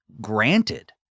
granted